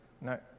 No